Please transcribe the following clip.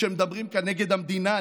שמדברים נגד המדינה,